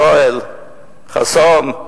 יואל חסון,